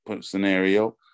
scenario